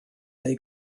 neu